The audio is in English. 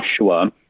Joshua